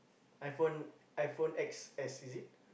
iPhone iPhone X_S is it